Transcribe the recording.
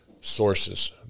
sources